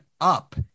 up